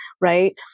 right